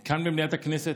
כאן, במליאת הכנסת,